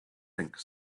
think